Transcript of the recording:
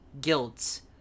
Guilds